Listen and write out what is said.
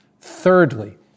Thirdly